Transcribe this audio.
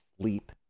sleep